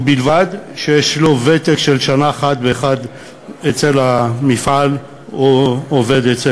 ובלבד שיש לו ותק של שנה אחת במפעל או בעבודה.